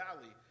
Valley